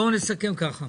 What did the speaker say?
בואו נסכם ככה,